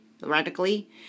theoretically